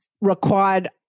required